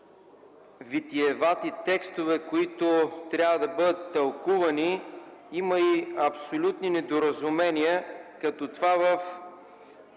витиевати текстове, които трябва да бъдат тълкувани, има и абсолютни недоразумения като това в